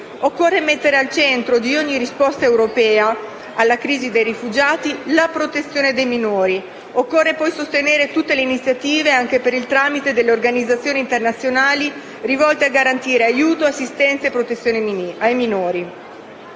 Occorre mettere al centro di ogni risposta europea alla crisi dei rifugiati la protezione dei minori. Occorre poi sostenere tutte le iniziative, anche per il tramite delle organizzazioni internazionali, rivolte a garantire aiuto, assistenza e protezione ai minori.